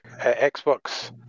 Xbox